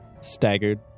staggered